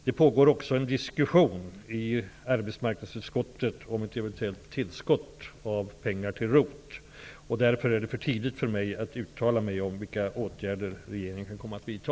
Det pågår också en diskussion i arbetsmarknadsutskottet om ett eventuellt tillskott av pengar till ROT-insatser. Därför är det för tidigt för mig att uttala mig om vilka åtgärder regeringen kan komma att vidta.